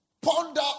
ponder